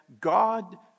God